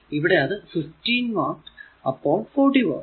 ഇവിടെ അത് 15 വാട്ട് അപ്പോൾ 40 വാട്ട്